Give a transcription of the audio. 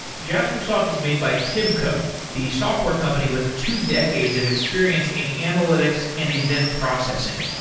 jaspersoft is made by tibco, the software company with two decades of experience in analytics and event processing.